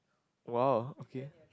!wah! okay